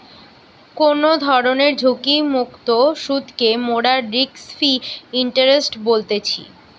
কোনো ধরণের ঝুঁকিমুক্ত সুধকে মোরা রিস্ক ফ্রি ইন্টারেস্ট বলতেছি